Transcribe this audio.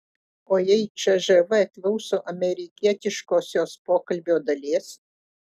o jei cžv klauso amerikietiškosios pokalbio dalies